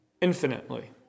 infinitely